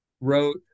wrote